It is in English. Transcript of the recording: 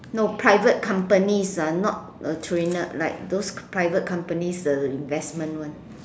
no private companies not a trainer like those private companies investment one